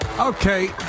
Okay